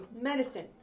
medicine